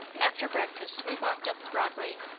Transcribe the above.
after breakfast we walked up broadway,